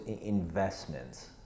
investments